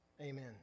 Amen